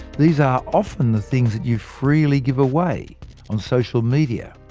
these are often the things you freely give away on social media.